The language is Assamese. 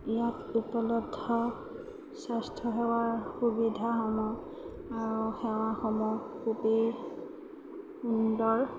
ইয়াত উপলব্ধ স্বাস্থ্যসেৱাৰ সুবিধাসমূহ আৰু সেৱাসমূহ খুবেই সুন্দৰ